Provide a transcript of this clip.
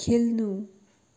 खेल्नु